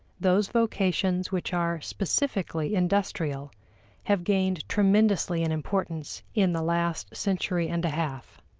those vocations which are specifically industrial have gained tremendously in importance in the last century and a half.